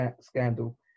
scandal